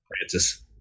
Francis